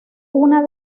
una